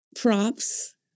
props